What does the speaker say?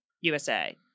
USA